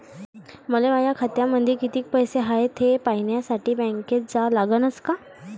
मले माया खात्यामंदी कितीक पैसा हाय थे पायन्यासाठी बँकेत जा लागनच का?